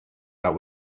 but